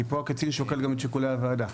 כי פה קצין שוקל גם את שיקולי הוועדה.